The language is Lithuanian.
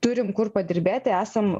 turim kur padirbėti esam